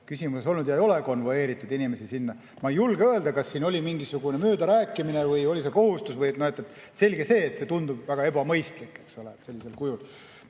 küsimuses [kasutatud] ja ei ole konvoeeritud inimesi sinna. Ma ei julge öelda, kas siin oli mingisugune möödarääkimine või oli see kohustus. Selge see, et see tundub väga ebamõistlik sellisel kujul.